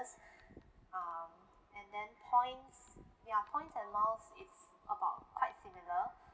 um and then points ya points and miles it's about quite similar